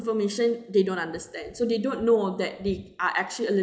information they don't understand so they don't know that they are actually eli~